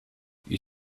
you